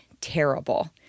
terrible